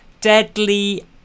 deadly